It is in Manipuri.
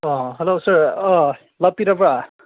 ꯑꯥ ꯍꯜꯂꯣ ꯁꯥꯔ ꯑꯥ ꯂꯥꯛꯄꯤꯔꯕ꯭ꯔꯥ